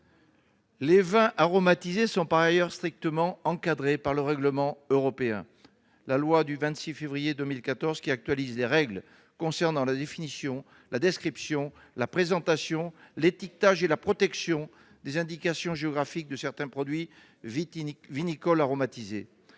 les vins aromatisés sont strictement encadrés par le règlement européen et la loi du 26 février 2014, qui actualise les règles de définition, de description, de présentation, d'étiquetage et de protection des indications géographiques des produits vitivinicoles aromatisés.